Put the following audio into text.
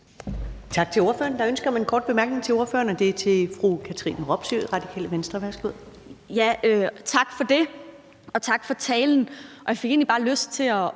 Tak til ordføreren. Der er ønske om en kort bemærkning til ordføreren, og det er fra fru Katrine Robsøe, Radikale Venstre. Værsgo. Kl. 19:51 Katrine Robsøe (RV): Tak for det, og tak for talen. Jeg fik egentlig bare lyst til at